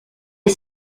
est